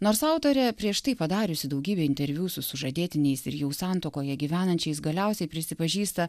nors autorė prieš tai padariusi daugybę interviu su sužadėtiniais ir jau santuokoje gyvenančiais galiausiai prisipažįsta